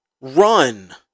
run